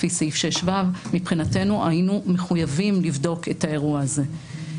לפי סעיף 6ו. מבחינתנו היינו מחויבים לבדוק את האירוע הזה.